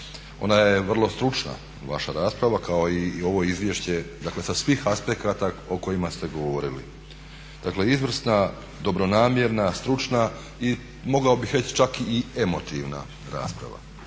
Ona je vrlo stručna, vaša rasprava, kao i ovo izvješće, dakle sa svih aspekata o kojima ste govorili. Izvrsna, dobronamjerna, stručna i mogao bih reći čak i emotivna rasprava.